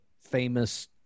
famous